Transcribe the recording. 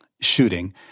shooting